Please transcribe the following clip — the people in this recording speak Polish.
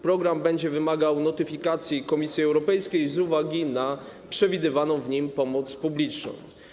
Program będzie wymagał notyfikacji Komisji Europejskiej z uwagi na przewidywaną w nim pomoc publiczną.